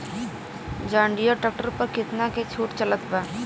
जंडियर tractor पर कितना के छूट चलत बा?